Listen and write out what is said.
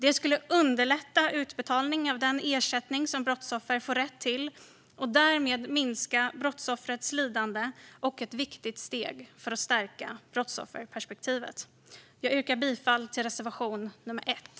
Det skulle underlätta utbetalningen av den ersättning som ett brottsoffer får rätt till och därmed minska brottsoffrets lidande. Det vore ett viktigt steg för att stärka brottsofferperspektivet. Jag yrkar bifall till reservation nr 1.